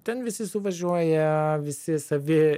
ten visi suvažiuoja visi savi